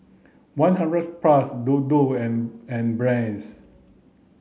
one hundred plus Dodo and and Brand's